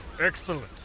Excellent